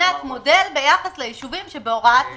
בחינת מודל ביחס ליישובים שבהוראת השעה.